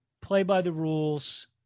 play-by-the-rules